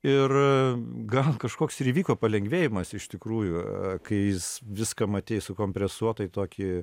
ir gal kažkoks ir įvyko palengvėjimas iš tikrųjų kai jis viską matei sukompresuotai tokį